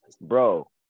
bro